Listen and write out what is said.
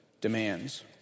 demands